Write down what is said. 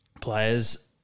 players